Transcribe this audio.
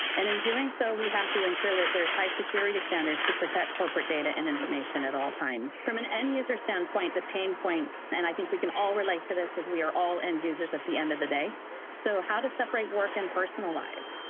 in doing so, we have to ensure that there's high security standards to protect corporate data and information at all times. from an end user standpoint, the pain points, and i think we can all relate to this as we are all end users at the end of the day so how to separate work and personal lives,